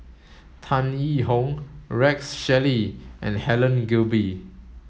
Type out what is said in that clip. Tan Yee Hong Rex Shelley and Helen Gilbey